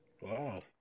Wow